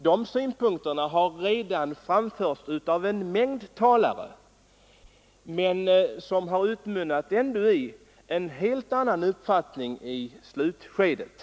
De synpunkterna har redan framförts av en mängd talare, men detta har i alla fall för dessa talares vidkommande utmynnat i en helt annan uppfattning i slutskedet.